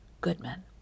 Goodman